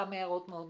קובעים מה המקום